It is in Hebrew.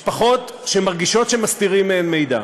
משפחות שמרגישות שמסתירים מהן מידע,